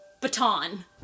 baton